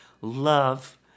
love